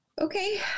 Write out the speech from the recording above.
Okay